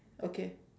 okay